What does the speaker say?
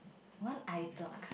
one item